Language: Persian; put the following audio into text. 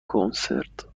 کنسرت